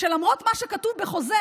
שלמרות מה שכתוב בחוזה,